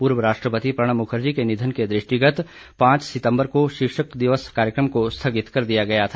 पूर्व राष्ट्रपति प्रणब मुखर्जी के निधन के दृष्टिगत पांच सितंबर को शिक्षक दिवस पर कार्यक्रम को स्थगित कर दिया गया था